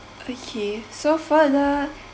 okay so for other